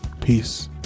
Peace